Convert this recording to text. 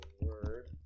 word